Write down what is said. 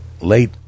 late